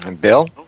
Bill